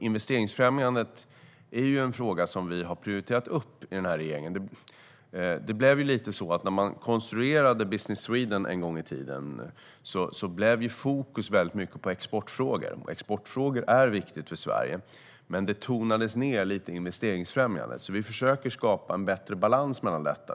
Investeringsfrämjandet är en fråga som vi har prioriterat upp i den här regeringen. När man konstruerade Business Sweden en gång i tiden blev fokus mycket på exportfrågor. Exportfrågor är viktiga för Sverige, men investeringsfrämjandet tonades ned lite. Vi försöker skapa en bättre balans nu.